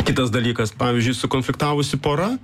kitas dalykas pavyzdžiui sukonfliktavusi pora